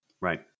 Right